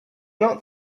not